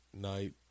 night